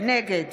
נגד